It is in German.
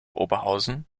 oberhausen